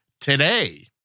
today